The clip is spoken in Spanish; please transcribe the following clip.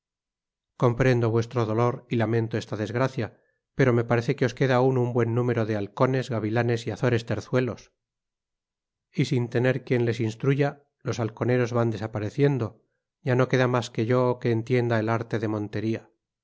comprendo vuestro dolor y lamento esta desgracia pero me parece que os queda aun un buen número de halcones gavilanes y azores terzuelos y sin tener quien les instruya los halconeros van desapareciendo ya no queda mas que yo que entienda el arte de montería